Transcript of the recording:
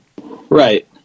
Right